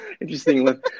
Interesting